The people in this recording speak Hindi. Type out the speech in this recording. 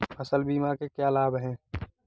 फसल बीमा के क्या लाभ हैं?